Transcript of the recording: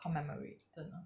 commemorate 真的